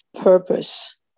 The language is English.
purpose